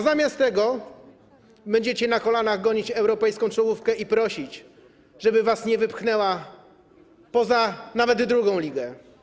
Zamiast tego będziecie na kolanach gonić europejską czołówkę i prosić, żeby was nie wypchnęła poza nawet drugą ligę.